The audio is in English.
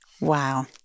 Wow